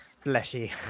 Fleshy